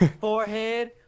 forehead